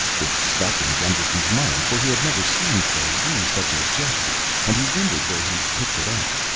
it stuck in gusterson's mind, for he had never seen fay use such a gesture and he wondered where he'd picked it up.